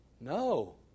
no